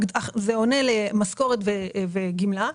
זה עונה למשכורת וגמלה,